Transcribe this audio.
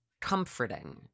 comforting